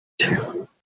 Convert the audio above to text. two